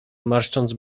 marszcząc